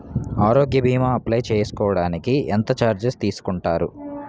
ఆరోగ్య భీమా అప్లయ్ చేసుకోడానికి ఎంత చార్జెస్ తీసుకుంటారు?